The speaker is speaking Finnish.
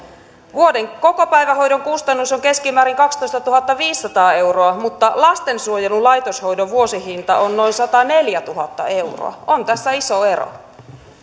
vuoden kokopäivähoidon kustannus on keskimäärin kaksitoistatuhattaviisisataa euroa mutta lastensuojelun laitoshoidon vuosihinta on noin sataneljätuhatta euroa on tässä iso ero